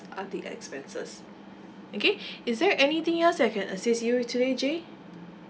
other expenses okay is there anything else I can assist you today jay